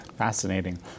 Fascinating